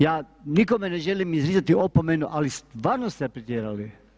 Ja nikome ne želim izricati opomenu, ali stvarno ste pretjerali!